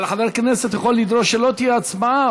אבל חבר הכנסת יכול לדרוש שלא תהיה הצבעה.